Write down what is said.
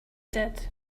did